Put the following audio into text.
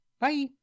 Bye